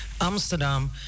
Amsterdam